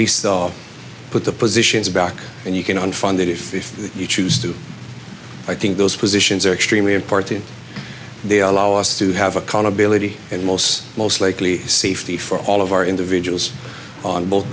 least put the positions back and you can unfunded if you choose to i think those positions are extremely important they allow us to have accountability and most most likely safety for all of our individuals on both